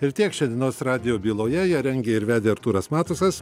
ir tiek šiandienos radijo byloje ją rengė ir vedė artūras matusas